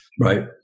Right